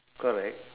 correct